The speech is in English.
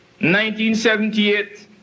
1978